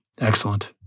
Excellent